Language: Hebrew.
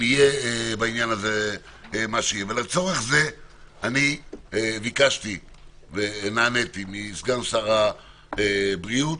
ולצורך זה ביקשתי מסגן שר הבריאות